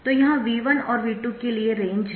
तो यह V1 और V2 के लिए रेंज है